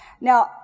Now